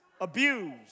abused